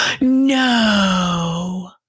no